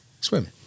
swim